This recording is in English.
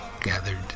gathered